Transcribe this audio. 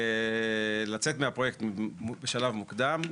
לצאת מהפרויקט בשלב מוקדם,